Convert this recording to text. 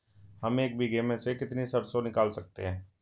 हम एक बीघे में से कितनी सरसों निकाल सकते हैं?